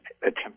attempt